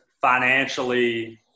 financially